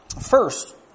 First